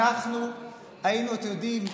אנחנו היינו, אתם יודעים,